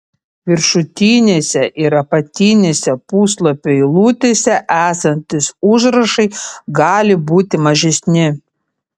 viršutinėse ir apatinėse puslapių eilutėse esantys užrašai gali būti mažesni